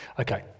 Okay